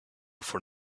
for